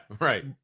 right